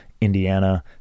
Indiana